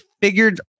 figured